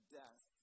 death